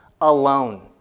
alone